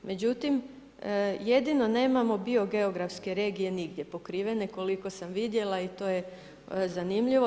Međutim, jedino nemamo bio geografske regije nigdje pokrivene koliko sam vidjela i to je zanimljivo.